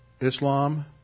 Islam